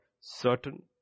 certain